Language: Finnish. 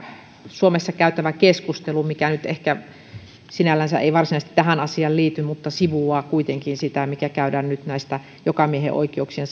suomessa käytävä keskustelu mikä nyt ehkä sinällänsä ei varsinaisesti tähän asiaan liity mutta sivuaa kuitenkin sitä mikä käydään nyt jokamiehenoikeuksien